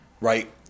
right